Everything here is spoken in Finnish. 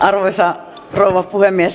arvoisa rouva puhemies